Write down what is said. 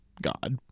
god